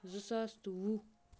زٕ ساس تہٕ وُہ